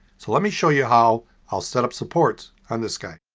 so let me show you how i'll set up supports on this guy.